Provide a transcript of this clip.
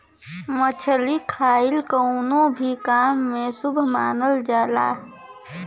मछरी खाईल कवनो भी काम में शुभ मानल जाला